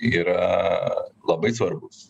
yra labai svarbus